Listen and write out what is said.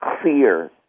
clear